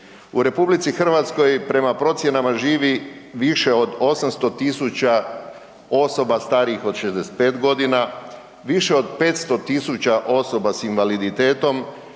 U RH prema procjenama živi više od 800 000 osoba starijih od 65.g., više od 500 000 osoba s invaliditetom,